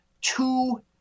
two